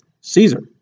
Caesar